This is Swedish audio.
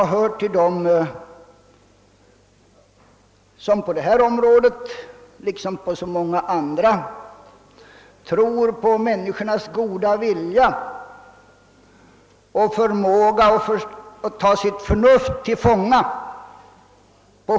Jag hör till dem som på detta område liksom på så många andra litar på människornas goda vilja och förmåga att ta sitt förnuft till fånga.